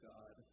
God